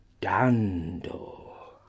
dando